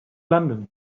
london